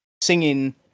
singing